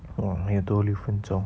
!wah! 还有多六分钟